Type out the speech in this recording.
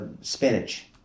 spinach